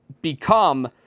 become